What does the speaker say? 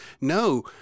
No